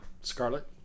Scarlet